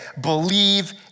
believe